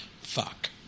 Fuck